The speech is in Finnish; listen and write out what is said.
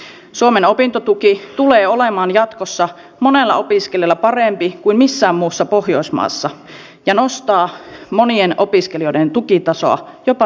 suomen opintotuki tulee olemaan jatkossa monella opiskelijalla parempi kuin missään muussa pohjoismaassa ja nostaa monien opiskelijoiden tukitasoa jopa sadoilla euroilla